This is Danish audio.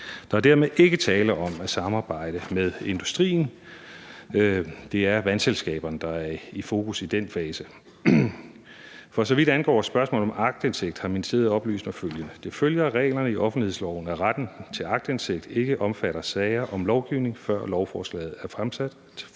Der er dermed ikke tale om at samarbejde med industrien. Det er vandselskaberne, der er i fokus i den fase. For så vidt angår spørgsmålet om aktindsigt, har ministerierne oplyst følgende: Det følger af reglerne i offentlighedsloven, at retten til aktindsigt ikke omfatter sager om lovgivning, før lovforslaget er fremsat